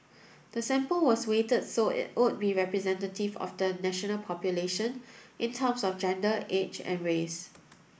the sample was weighted so it would be representative of the national population in terms of gender age and race